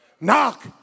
Knock